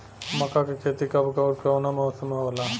मका के खेती कब ओर कवना मौसम में होला?